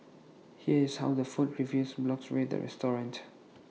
here is how the food review blogs rate the restaurant